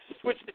switch